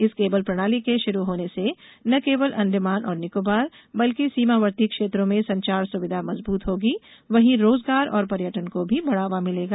इस केबल प्रणाली के शुरू होने से न केवल अंडमान और निकोबार बल्कि समीवर्ती क्षेत्रों में संचार सुविधा मजबूत होगी वहीं रोजगार और पर्यटन को भी बढ़ावा मिलेगा